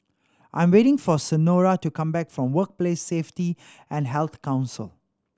I am waiting for Senora to come back from Workplace Safety and Health Council